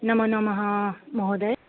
नमोनमः महोदय